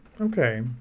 Okay